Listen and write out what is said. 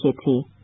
Kitty